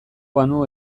banu